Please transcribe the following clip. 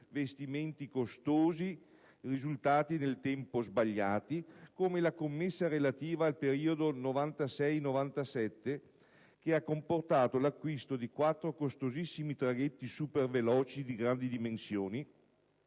investimenti costosi, risultati nel tempo sbagliati, come la commessa relativa al periodo 1996-1997, che ha comportato l'acquisto di quattro costosissimi traghetti superveloci di grandi dimensioni,